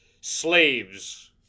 slaves